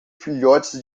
filhotes